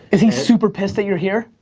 is he super pissed that you're here?